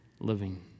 living